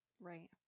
Right